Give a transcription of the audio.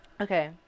okay